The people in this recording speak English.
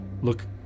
look